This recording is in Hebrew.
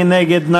מי נגד?